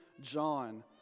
John